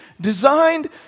designed